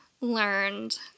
learned